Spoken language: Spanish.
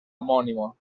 homónimo